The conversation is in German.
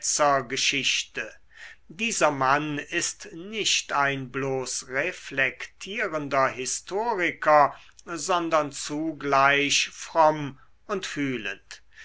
ketzergeschichte dieser mann ist nicht ein bloß reflektierender historiker sondern zugleich fromm und fühlend